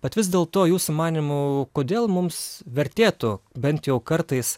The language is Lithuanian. bet vis dėl to jūsų manymu kodėl mums vertėtų bent jau kartais